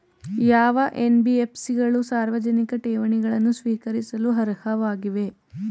ಯಾವ ಎನ್.ಬಿ.ಎಫ್.ಸಿ ಗಳು ಸಾರ್ವಜನಿಕ ಠೇವಣಿಗಳನ್ನು ಸ್ವೀಕರಿಸಲು ಅರ್ಹವಾಗಿವೆ?